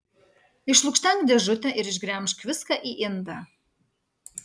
išlukštenk dėžutę ir išgremžk viską į indą